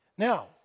Now